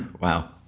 Wow